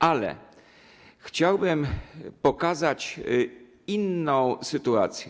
Ale chciałbym pokazać inną sytuację.